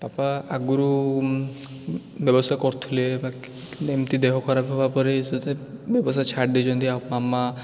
papa ଆଗରୁ ବ୍ୟବସାୟ କରୁଥିଲେ ବାକି ଏମିତି ଦେହ ଖରାପ ହବା ପରେ ସେ ବ୍ୟବସାୟ ଛାଡ଼ି ଦେଇଛନ୍ତି ଆଉ ମାମା